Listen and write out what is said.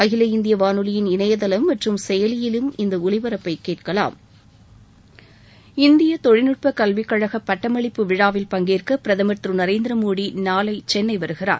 அகில இந்திய வானெலியின் இணையதளம் மற்றும் செயலியிலும் இந்த ஒலிபரப்பை கேட்கலாம் இந்திய தொழில்நட்ப கல்விக்கழகம் பட்டமளிப்பு விழாவில் பங்கேற்க பிரதமர் திரு நரேந்திரமோடி நாளை சென்னை வருகிறார்